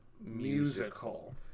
musical